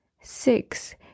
Six